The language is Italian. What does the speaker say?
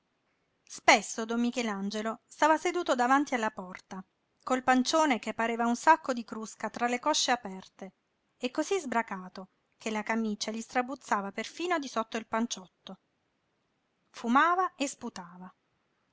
spesso don michelangelo stava seduto davanti la porta col pancione che pareva un sacco di crusca tra le cosce aperte e cosí sbracato che la camicia gli strabuzzava perfino di sotto il panciotto fumava e sputava